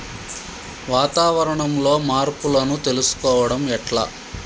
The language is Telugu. వాతావరణంలో మార్పులను తెలుసుకోవడం ఎట్ల?